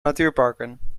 natuurparken